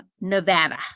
Nevada